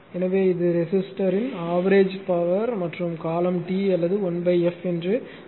எனவேஇது ரெஸிஸ்டர்ன் average power மற்றும் காலம் T அல்லது 1 f என்று அழைக்கப்படுகிறது